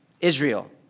Israel